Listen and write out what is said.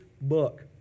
book